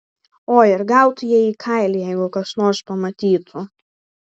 oi ir gautų jie į kailį jeigu kas nors pamatytų